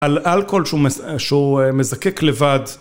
על אלכוהול שהוא מס-א-שהוא... א...מזקק לבד.